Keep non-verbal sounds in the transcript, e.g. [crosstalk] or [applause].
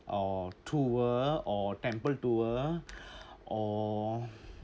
or tour or temple tour [breath] or [breath]